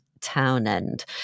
Townend